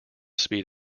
speed